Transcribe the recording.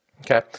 Okay